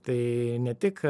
tai ne tik